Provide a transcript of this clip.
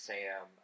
Sam